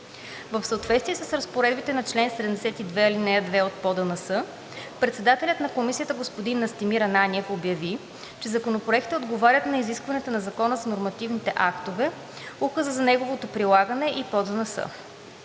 В съответствие с разпоредбите на чл. 72, ал. 2 от ПОДНС председателят на Комисията господин Настимир Ананиев обяви, че законопроектите отговарят на изискванията на Закона за нормативните актове, Указа за неговото прилагане и ПОДНС.